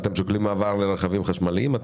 אתם שוקלים מעבר לרכבים חשמליים?